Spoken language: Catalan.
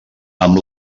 amb